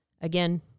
Again